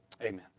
Amen